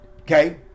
Okay